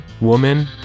woman